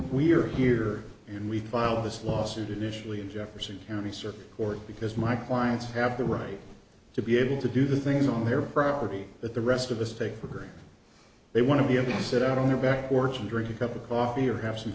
we are here and we filed this lawsuit initially in jefferson county circuit court because my clients have the right to be able to do things on their property that the rest of us take for granted they want to be in the set out on their back porch and drink a cup of coffee or have some